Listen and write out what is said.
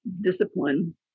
discipline